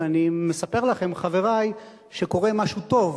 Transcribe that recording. ואני מספר לכם, חברי, שקורה משהו טוב